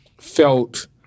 felt